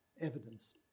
evidence